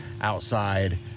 outside